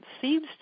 seems